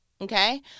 okay